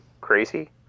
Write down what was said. crazy